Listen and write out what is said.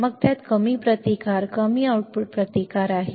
मग त्यात कमी प्रतिकार कमी आउटपुट प्रतिकार आहे